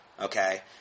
Okay